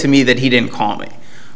to me that he didn't call me